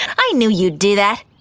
i knew you'd do that.